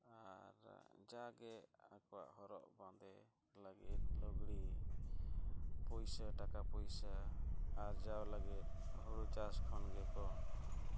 ᱟᱨ ᱡᱟᱜᱮ ᱟᱠᱚᱣᱟᱜ ᱦᱚᱨᱚᱜᱼᱵᱟᱸᱫᱮ ᱞᱟᱹᱜᱤᱫ ᱞᱩᱜᱽᱲᱤ ᱯᱩᱭᱥᱟᱹ ᱴᱟᱠᱟ ᱯᱩᱭᱥᱟᱹ ᱟᱨᱡᱟᱣ ᱞᱟᱹᱜᱤᱫ ᱦᱩᱲᱩ ᱪᱟᱥ ᱠᱷᱚᱱ ᱜᱮᱠᱚ